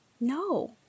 No